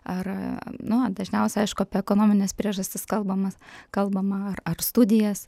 ar nuo dažniausiai aišku apie ekonomines priežastis kalbamas kalbama ar studijas